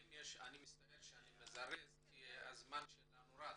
אני מצטער שאני מזרז כי הזמן שלנו רץ.